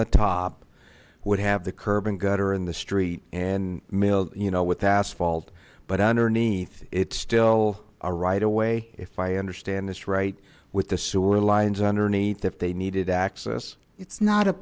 the top would have the curb and gutter in the street and mail you know with asphalt but underneath it still a right away if i understand this right with the sewer lines underneath if they needed access it's not a